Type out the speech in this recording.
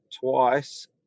twice